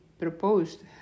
proposed